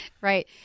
Right